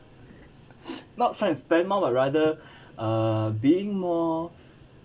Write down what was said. not trying to spending more or rather uh being more